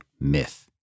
myth